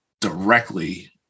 directly